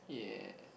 yeah